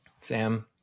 Sam